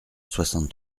soixante